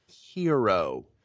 Hero